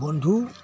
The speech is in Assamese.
বন্ধু